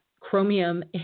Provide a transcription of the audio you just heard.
chromium